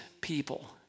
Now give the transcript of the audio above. people